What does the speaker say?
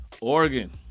Oregon